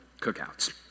cookouts